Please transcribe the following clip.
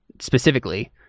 specifically